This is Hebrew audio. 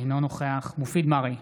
אינו נוכח מופיד מרעי,